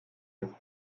jetzt